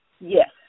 Yes